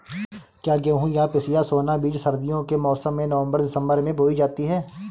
क्या गेहूँ या पिसिया सोना बीज सर्दियों के मौसम में नवम्बर दिसम्बर में बोई जाती है?